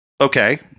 okay